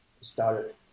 started